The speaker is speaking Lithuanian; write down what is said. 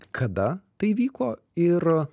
kada tai vyko ir